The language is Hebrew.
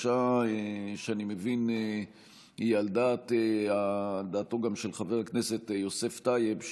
שאני מבין שהיא גם על דעתו גם של חבר הכנסת יוסף טייב,